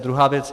Druhá věc.